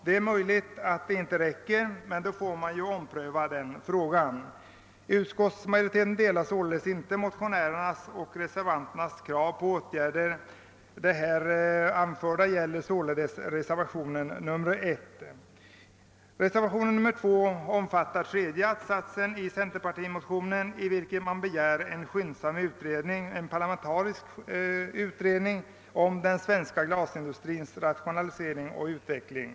Det är möjligt att de inte räcker, men då får vi ompröva dem. Utskottsmajoriteten delar sålunda inte motionärernas och de i reservationen 1 framförda kraven på åtgärder. Reservationen 2 ansluter sig till tredje att-satsen i centerpartimotionen, i vilken man begär tillsättande snarast av en parlamentarisk utredning om den svenska glasindustrins rationalisering och utveckling.